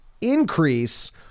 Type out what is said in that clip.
increase